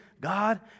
God